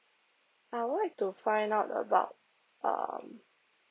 I would like to find out about um